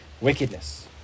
wickedness